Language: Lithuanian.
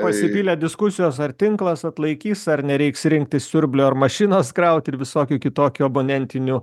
pasipylė diskusijos ar tinklas atlaikys ar nereiks rinktis siurblio ar mašinos kraut ir visokių kitokių abonentinių